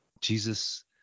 Jesus